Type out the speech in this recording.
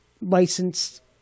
licensed